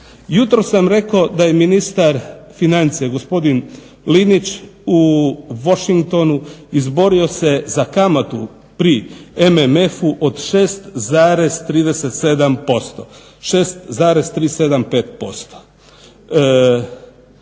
Jutros sam rekao da je ministar financija gospodin Linić u Washingtonu izborio se za kamatu pri MMF-u od 6,37%. Neki